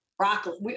Broccoli